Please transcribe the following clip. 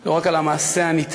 לא רק על המעשה הנתעב,